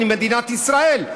אני מדינת ישראל.